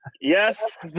Yes